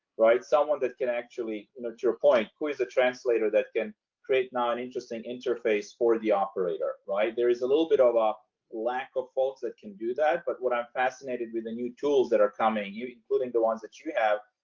right, someone that can actually, you know, to your point who is a translator that can create now an interesting interface for the operator, right. there is a little bit of a lack of folks that can do that. but what i'm fascinated with the new tools that are coming up, including the ones that you have,